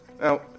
Now